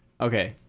Okay